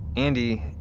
andi,